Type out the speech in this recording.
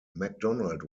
mcdonald